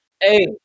Hey